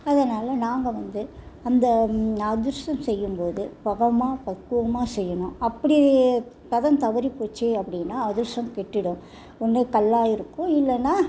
அதனால் நாங்கள் வந்து அந்த அதிரஷம் செய்யும் போது பதமாக பக்குவமாக செய்யணும் அப்படி பதம் தவறி போச்சி அப்படின்னா அதிரஷம் கெட்டுடும் ஒன்று கல்லா இருக்கும் இல்லைன்னா